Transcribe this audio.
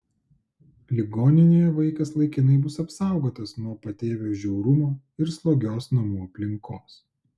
ligoninėje vaikas laikinai bus apsaugotas nuo patėvio žiaurumo ir slogios namų aplinkos